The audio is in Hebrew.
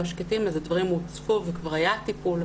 שקטים אז הדברים הוצפו וכבר היה טיפול,